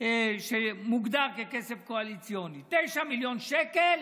שמוגדר ככסף קואליציוני, 9 מיליון שקל